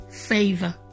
favor